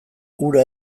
hura